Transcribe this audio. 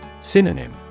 Synonym